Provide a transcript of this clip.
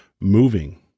moving